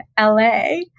LA